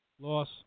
Loss